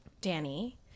Danny